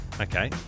Okay